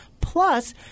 Plus